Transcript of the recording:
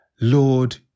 Lord